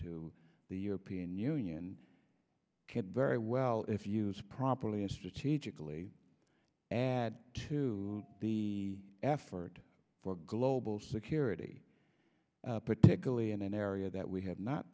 to the european union kit very well if used properly is strategically add to the effort for global security particularly in an area that we have not